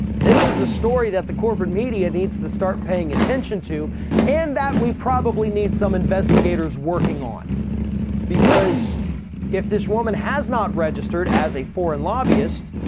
this is a story that the corporate media needs to start paying attention to and that we probably need some investigators working on because if this woman has not registered as a foreign lobbyist,